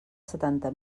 setanta